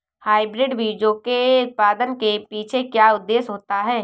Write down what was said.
Hybrid बीजों के उत्पादन के पीछे क्या उद्देश्य होता है?